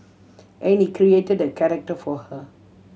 and he created a character for her